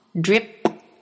Drip